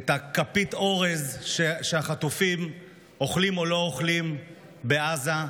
את כפית האורז שהחטופים אוכלים או לא אוכלים בעזה.